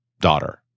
daughter